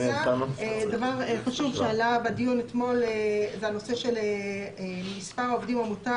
דבר חשוב שעלה בדיון אתמול זה הנושא של מספר העובדים המותר